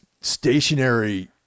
stationary